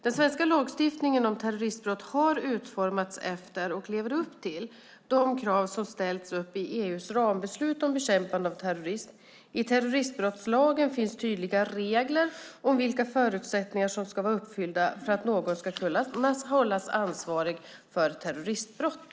Den svenska lagstiftningen om terroristbrott har utformats efter och lever upp till de krav som ställts upp i EU:s rambeslut om bekämpande av terrorism. I terroristbrottslagen finns tydliga regler om vilka förutsättningar som ska vara uppfyllda för att någon ska kunna hållas ansvarig för terroristbrott.